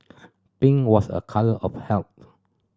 pink was a colour of health